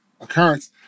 occurrence